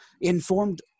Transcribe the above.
informed